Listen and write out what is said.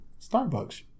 Starbucks